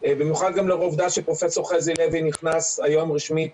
במיוחד לאור העובדה שפרופ' חזי לוי נכנס היום רשמית